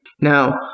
Now